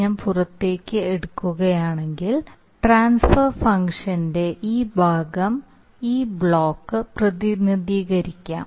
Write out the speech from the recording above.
ഞാൻ പുറത്തേക്ക് എടുക്കുകയാണെങ്കിൽ ട്രാൻസ്ഫർ ഫംഗ്ഷന്റെ ഈ ഭാഗം ഈ ബ്ലോക്ക് പ്രതിനിധീകരിക്കാം